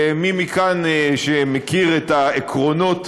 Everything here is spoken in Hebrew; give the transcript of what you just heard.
ולמי מכאן שמכיר את העקרונות